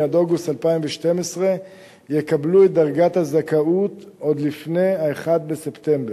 עד אוגוסט 2012 יקבלו את דרגת הזכאות עוד לפני ה-1 בספטמבר,